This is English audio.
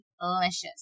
delicious